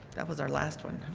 that was our last one.